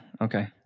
okay